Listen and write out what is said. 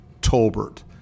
Tolbert